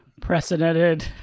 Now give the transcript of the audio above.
precedented